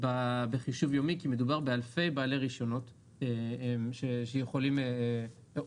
בחישוב יומי כי מדובר באלפי בעלי רישיונות או יותר